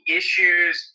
issues